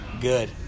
good